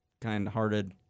kind-hearted